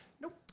Nope